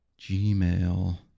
Gmail